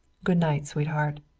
good night, sweetheart,